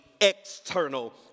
external